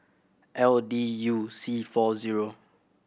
L D U C four zero